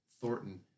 Thornton